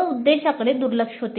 उद्देशाकडे दुर्लक्ष होते